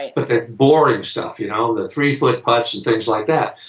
but the boring stuff. you know? the three foot putts and things like that.